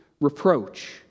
reproach